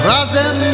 Razem